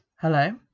Hello